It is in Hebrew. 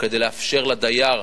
כדי לאפשר לדייר,